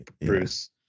Bruce